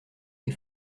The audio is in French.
des